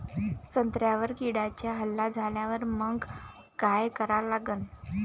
संत्र्यावर किड्यांचा हल्ला झाल्यावर मंग काय करा लागन?